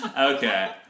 Okay